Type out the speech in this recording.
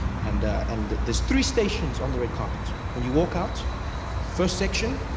and and there's three stations on the red carpet. when you walk out the first section,